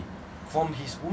armed robbery